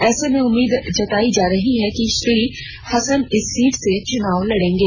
ऐसे में उम्मीद जताई जा रही है कि श्री हसन इस सीट से चुनाव लड़ेंगे